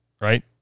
right